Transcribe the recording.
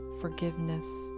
forgiveness